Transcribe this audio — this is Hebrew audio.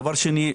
דבר שני,